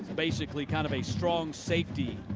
basically, kind of a strong safety.